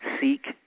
Seek